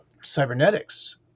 cybernetics